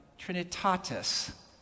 Trinitatis